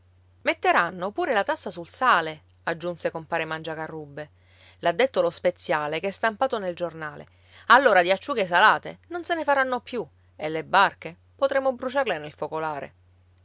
metteranno pure la tassa sul sale aggiunse compare mangiacarrubbe l'ha detto lo speziale che è stampato nel giornale allora di acciughe salate non se ne faranno più e le barche potremo bruciarle nel focolare